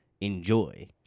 enjoy